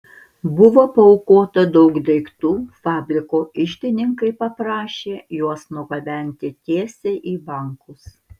buvo paaukota daug daiktų fabriko iždininkai paprašė juos nugabenti tiesiai į bankus